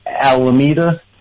Alameda